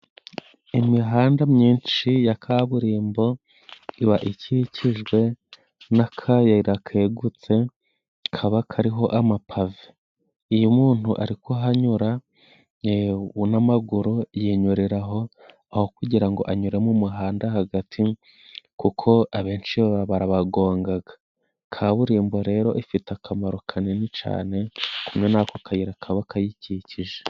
Imihanda myinshi ya kaburimbo iba ikikijwe n'akayira kegutse kaba kariho amapave, iyo umuntu ari kuhanyura ubwo n'amaguru yinyurira aho, aho kugira ngo anyure mu muhanda hagati kuko abenshi barabagonga. Kaburimbo rero ifite akamaro kanini cyane hamwe n'ako kayira kaba kayikikije.